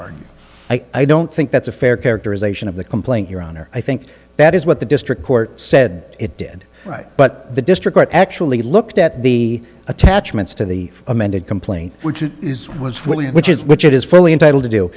are i don't think that's a fair characterization of the complaint your honor i think that is what the district court said it did right but the district court actually looked at the attachments to the amended complaint which was which is which it is fully entitled to do